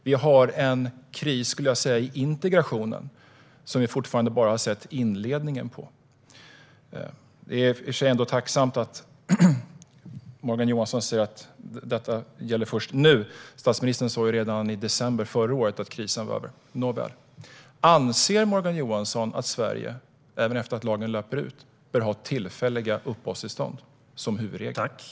Jag skulle säga att vi har en kris i integrationen som vi fortfarande bara har sett inledningen på. Det är i och för sig tacksamt att Morgan Johansson säger att detta gäller först nu; statsministern sa redan i december förra året att krisen var över. Men anser Morgan Johansson att Sverige, även efter att lagen löpt ut, bör ha tillfälliga uppehållstillstånd som huvudregel?